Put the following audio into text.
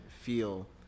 feel